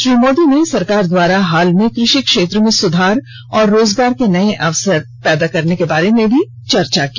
श्री मोदी ने सरकार द्वारा हाल में कृषि क्षेत्र में सुधार और रोजगार के नये अवसर पैदा करने के बारे में भी चर्चा की